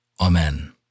Amen